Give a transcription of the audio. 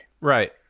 Right